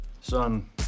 Son